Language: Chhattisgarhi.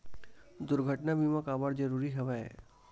दुर्घटना बीमा काबर जरूरी हवय?